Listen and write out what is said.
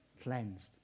cleansed